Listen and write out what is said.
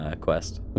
quest